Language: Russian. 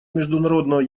международного